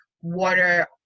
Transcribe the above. water